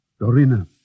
Dorina